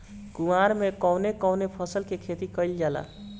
कुवार में कवने कवने फसल के खेती कयिल जाला?